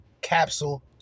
Capsule